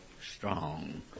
strong